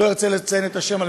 אני לא ארצה לציין את השמות,